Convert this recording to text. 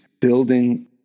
building